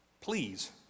please